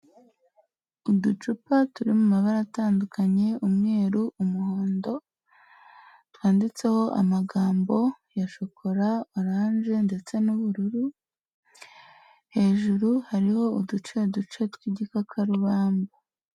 Uducupa turi mu mabara atandukanye, umweru, umuhondo twanditseho amagambo ya shokora, orange ndetse n'ubururu, hejuru hariho uduce duce tw'igikakarubamba.